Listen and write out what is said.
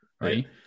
right